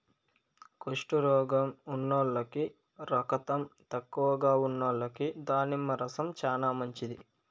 కుష్టు రోగం ఉన్నోల్లకి, రకతం తక్కువగా ఉన్నోల్లకి దానిమ్మ రసం చానా మంచిది